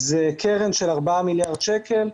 זו קרן של ארבעה מיליארד שקל,